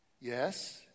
Yes